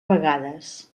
vegades